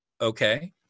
Okay